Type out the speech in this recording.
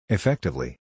Effectively